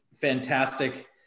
fantastic